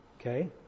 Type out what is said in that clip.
Okay